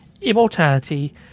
Immortality